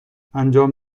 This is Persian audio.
انجام